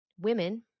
women